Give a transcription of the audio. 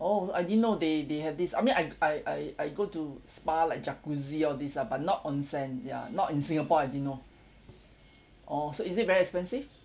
oh I didn't know they they have this I mean I I I I go to spa like jacuzzi all these lah but not onsen ya not in singapore I didn't know orh so is it very expensive